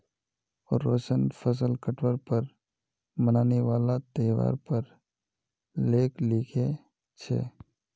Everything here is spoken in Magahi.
रोशन फसल काटवार पर मनाने वाला त्योहार पर लेख लिखे छे